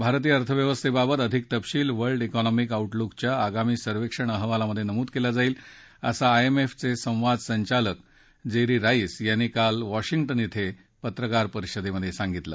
भारतीय अर्थव्यवस्थेबाबत अधिक तपशील वर्ल्ड इकॉनॉमिक आऊटलूकच्या आगामी सर्वेक्षण अहवालात नमूद केला जाईल असं आयएमएफचे संवाद संचालक जेरी राईस यांनी काल वॉशिंग्टन इथं पत्रकार परिषदेत सांगितलं